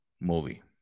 movie